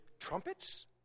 trumpets